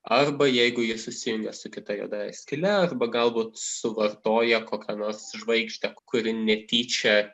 arba jeigu ji susijungia su kita juodąja skyle arba galbūt suvartoja kokią nors žvaigždę kuri netyčia